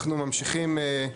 אנחנו ממשיכים,